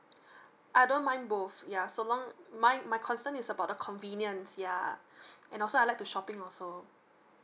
I don't mind both yeah so long my my concern is about the convenience yeah and also I like to shopping also